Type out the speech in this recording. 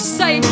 say